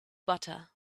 butter